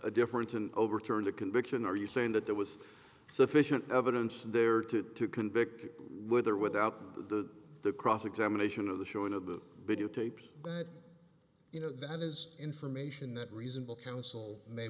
a difference in overturn the conviction are you saying that there was sufficient evidence there to to convict with or without the cross examination of the showing of the videotapes that you know that is information that reasonable counsel may